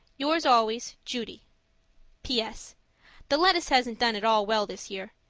yours always, judy ps. the lettuce hasn't done at all well this year.